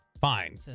fine